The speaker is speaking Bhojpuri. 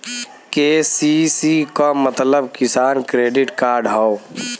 के.सी.सी क मतलब किसान क्रेडिट कार्ड हौ